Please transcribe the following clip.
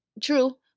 True